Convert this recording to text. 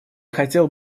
хотел